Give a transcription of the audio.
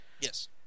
Yes